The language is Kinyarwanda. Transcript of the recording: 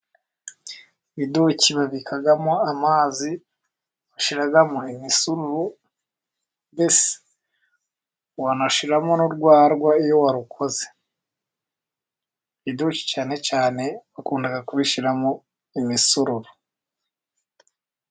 Ibiduki babikamo amazi, bashyiramo imisururu, mbese wanashyiramo n'urwarwa iyo warukoze ibiduki cyane cyane bakunda kubishyiramo imisuru.